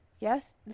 Yes